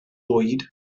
bwyd